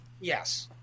Yes